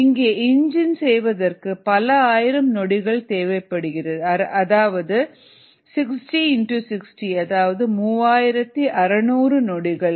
இங்கே இன்ஜின் செய்வதற்கு பல ஆயிரம் நொடிகள் தேவைப்படுகிறது அதாவது 60x60 3600 நொடிகள்